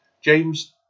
James